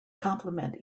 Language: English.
compliment